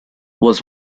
was